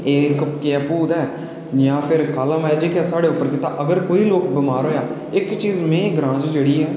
एह् इक केह् ऐ भूत ऐ जां फिर काला मैज़िक ऐ कीता साढ़े पर अगर कोई बमार होई गेआ एह् चीज़ जेह्ड़ी में ग्रांऽ च जेह्ड़ी ऐ